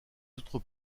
autres